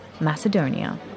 Macedonia